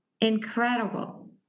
incredible